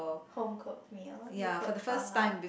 home cooked meal you cooked for her